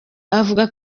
yavuze